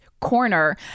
corner